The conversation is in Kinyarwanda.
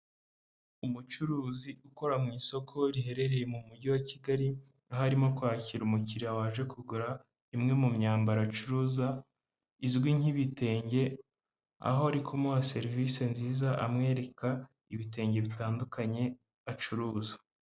Umucuruzi ukora mu isoko riherereye mu mujyi wa Kigali, aho arimo kwakira umukiriya waje kugura imwe mu myambaro acuruza izwi nk'ibitenge, aho ari kumuha serivisi nziza amwereka ibitenge bitandukanye acuruza.